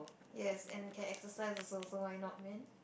yes and can exercise also so why not man